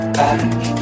back